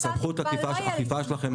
סמכות האכיפה שלכם,